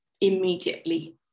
immediately